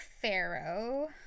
pharaoh